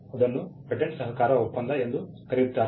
ಅದನ್ನು ಪೇಟೆಂಟ್ ಸಹಕಾರ ಒಪ್ಪಂದ ಎಂದು ಕರೆಯುತ್ತಾರೆ